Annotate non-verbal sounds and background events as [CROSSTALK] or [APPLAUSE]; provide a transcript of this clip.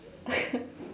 [LAUGHS]